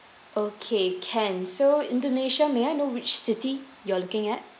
okay can so indonesia may I know which city you are looking at